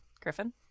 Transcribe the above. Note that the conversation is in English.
Griffin